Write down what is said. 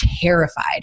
terrified